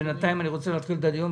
בינתיים אני רוצה להתחיל בדיון.